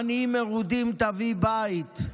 מרודים תביא בית,